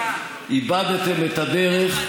איבדתם את הדרך,